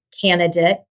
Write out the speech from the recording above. candidate